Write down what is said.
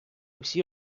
всі